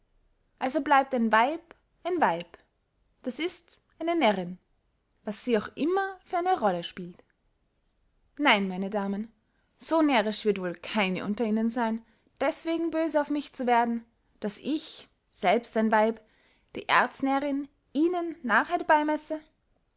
also bleibt ein weib ein weib das ist eine närrinn was sie auch immer für eine rolle spielt nein meine damen so närrisch wird wohl keine unter ihnen seyn deßwegen böse auf mich zu werden daß ich selbst ein weib die erznärrinn ihnen narrheit beymesse